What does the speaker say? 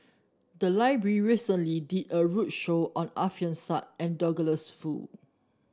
the library recently did a roadshow on Alfian Sa and Douglas Foo